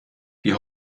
die